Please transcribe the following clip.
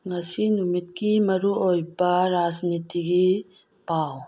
ꯉꯁꯤ ꯅꯨꯃꯤꯠꯀꯤ ꯃꯔꯨꯑꯣꯏꯕ ꯔꯥꯖꯅꯤꯇꯤꯒꯤ ꯄꯥꯎ